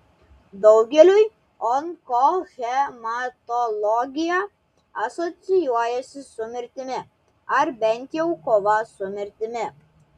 daugeliui onkohematologija asocijuojasi su mirtimi ar bent jau kova su mirtimi